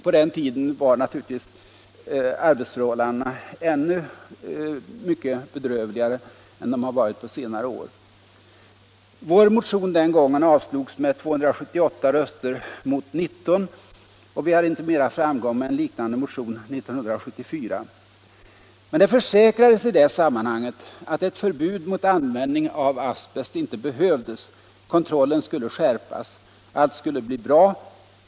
På den tiden var naturligvis arbetsförhållandena ännu mycket bedrövligare än de varit på senare år. Vår motion avslogs den gången med 278 röster mot 19. Vi hade inte mera framgång med en liknande motion 1974. Det försäkrades i det sammanhanget att ett förbud mot användning av asbest inte behövdes. Kontrollen skulle skärpas. Allt skulle bli bra.